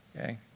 Okay